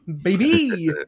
baby